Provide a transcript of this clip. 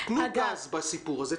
תנו גז בסיפור הזה,